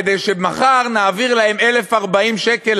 כדי שמחר נעביר להם 1,040 שקל,